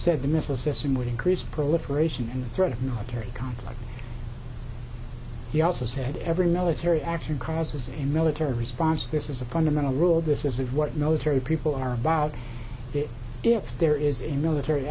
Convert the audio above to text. said the missile system would increase proliferation and the threat of military conflict he also said every military action causes a military response this is a fundamental rule this is what military people are about that if there is a military